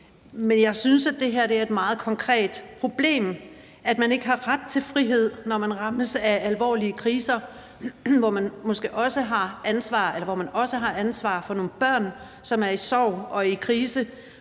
Men jeg synes, at det er et meget konkret problem, at man ikke har ret til frihed, når man rammes af alvorlige kriser, hvor man også har ansvar for nogle børn, som er i sorg og er i krise.